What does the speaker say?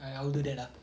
ya louder that ah